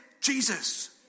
Jesus